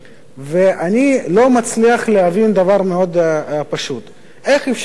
ואני לא מצליח להבין דבר מאוד פשוט, איך אפשר לדבר